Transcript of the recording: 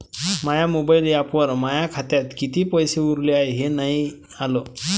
माया mobile ॲपवर माया खात्यात किती पैसे उरले हाय हे नाही आलं